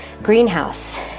greenhouse